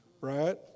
right